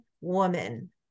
woman